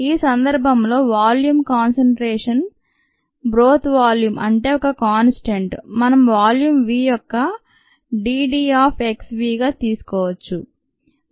ఈ సందర్భంలో volume constant బ్రోత్ వాల్యూమ్ అంటే ఒక కాన్స్టాంట్ మనం వాల్యూమ్ V యొక్క d d of x v గా తీసుకోవచ్చు